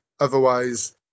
otherwise